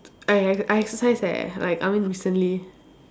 I I exercise eh like I mean recently